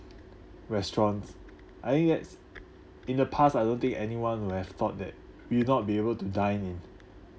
restaurants I think that's in the past I don't think anyone would have thought that we will not be able to dine in